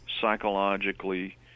psychologically